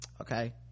okay